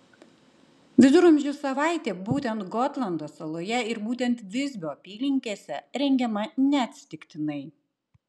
viduramžių savaitė būtent gotlando saloje ir būtent visbio apylinkėse rengiama neatsitiktinai